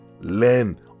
learn